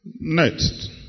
next